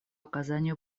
оказанию